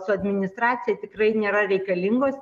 su administracija tikrai nėra reikalingos